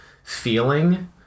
Feeling